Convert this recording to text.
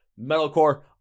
metalcore